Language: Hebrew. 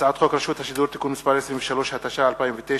הצעת חוק רשות השידור (תיקון מס' 23), התש"ע 2009,